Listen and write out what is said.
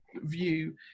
view